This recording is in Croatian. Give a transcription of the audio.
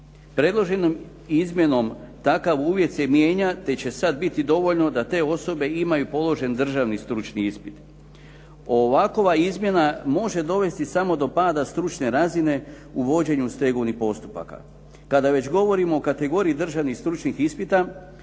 Predloženom izmjenom takav uvjet se mijenja te će sada biti dovoljno da te osobe imaju položen državni stručni ispit. Ovakva izmjena može dovesti samo do pada stručne razine u vođenju stegovnih postupaka. Kada već govorimo o kategoriji državnih stručnih ispita